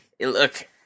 Look